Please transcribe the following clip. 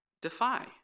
defy